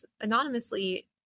anonymously